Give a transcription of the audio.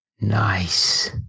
Nice